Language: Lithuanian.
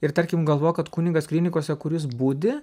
ir tarkim galvok kad kunigas klinikose kuris budi